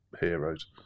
heroes